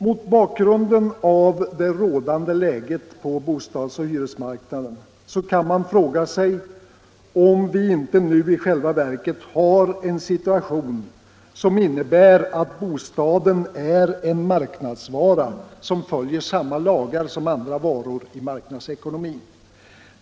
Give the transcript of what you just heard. Mot bakgrunden av det rådande läget på bostadsoch hyresmarknaden kan man fråga sig om vi inte nu i själva verket har en situation som innebär att bostaden är en marknadsvara som följer samma lagar som andra varor i marknadsekonomin.